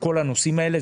כל הנושאים האלה.